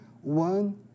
one